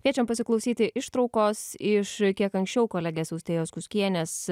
kviečiam pasiklausyti ištraukos iš kiek anksčiau kolegės austėjos kuskienės